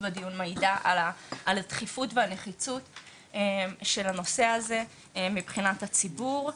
בדיון מעידה על הדחיפות והנחיצות של הנושא הזה מבחינת הציבור.